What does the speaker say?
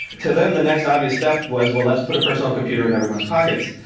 to them, the next obvious step was well, let's put a personal computer in everyone's pockets.